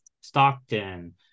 Stockton